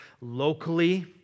locally